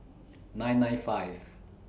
nine nine five